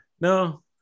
No